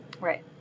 Right